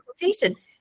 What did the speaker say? consultation